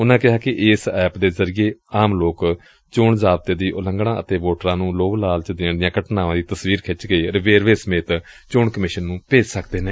ਉਨੂਾਂ ਕਿਹਾ ਕਿ ਇਸ ਐਪ ਦੇ ਜ਼ਰੀਏ ਆਮ ਲੋਕ ਚੋਣ ਜ਼ਾਬਤੇ ਦੀ ਉਲੰਘਣਾ ਅਤੇ ਵੋਟਰਾਂ ਨੂੰ ਲੋਭ ਲਾਲਚ ਦੇਣ ਦੀਆਂ ਘਟਨਾਵਾਂ ਦੀ ਤਸਵੀਰ ਖਿੱਚ ਕੇ ਵੇਰਵੇ ਸਮੇਤ ਚੋਣ ਕਮਿਸ਼ਨ ਨੁੰ ਭੇਜ ਸਕਦੇ ਨੇ